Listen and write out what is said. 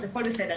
אז הכול בסדר,